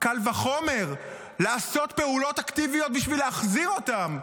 קל וחומר לעשות פעולות אקטיביות בשביל להחזיר אותם,